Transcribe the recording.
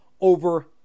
over